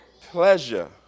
Pleasure